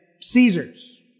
Caesar's